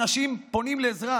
אנשים שפונים לעזרה